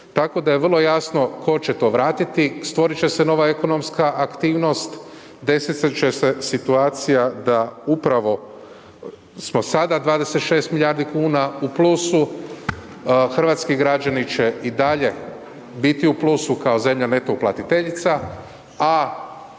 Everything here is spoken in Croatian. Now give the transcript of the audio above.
Tako da je vrlo jasno tko će to vratiti, stvorit će se nova ekonomska aktivnost, desiti će se situacija da upravo smo sada 26 milijardi kuna u plus, hrvatski građani će i dalje biti u plusu kao zemlja neto uplatiteljica,